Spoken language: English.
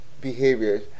behaviors